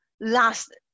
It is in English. last